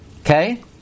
Okay